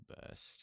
best